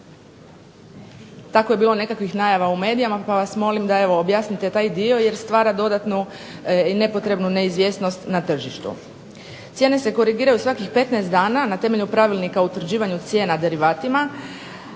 tako je bilo nekih najava u medijima, pa vas molim da objasnite taj dio jer stvara dodatnu i nepotrebnu neizvjesnost na tržištu. Cijene se korigiraju svakih 15 dana, na temelju pravilnika o utvrđivanju cijena derivatima,